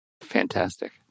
Fantastic